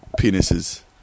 penises